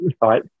Right